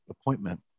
appointment